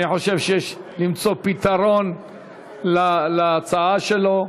אני חושב שיש למצוא פתרון להצעה שלו.